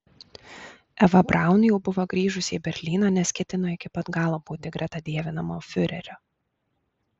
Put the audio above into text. eva braun jau buvo grįžusi į berlyną nes ketino iki pat galo būti greta dievinamo fiurerio